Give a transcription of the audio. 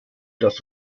das